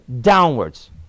downwards